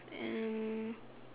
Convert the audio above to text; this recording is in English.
and